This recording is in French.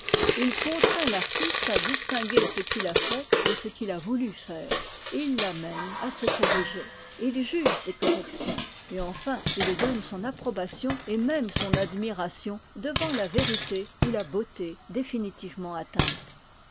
il contraint l'artiste à distinguer ce qu'il a fait de ce qu'il a voulu faire et il l'amène à se corriger et il juge des corrections et enfin il donne son approbation et même son admiration devant la vérité ou la beauté définitivement atteintes